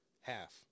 half